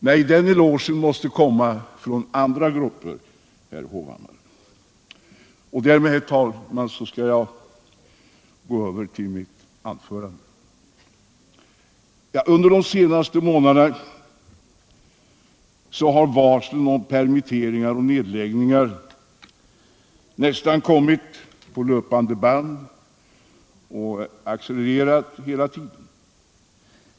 Nej, i den elogen är det nog helt andra grupper i samhället som instämmer, herr Hovhammar. Under de senaste månaderna har varslen om permitteringar och nedlägg ningar nästan kommit på löpande band och accelererat hela tiden.